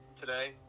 today